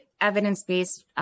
evidence-based